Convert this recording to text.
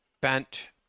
bent